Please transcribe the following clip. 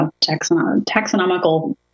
taxonomical